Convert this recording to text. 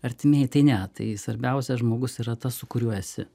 artimieji tai ne tai svarbiausia žmogus yra tas su kuriuo esi